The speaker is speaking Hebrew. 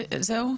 זהו?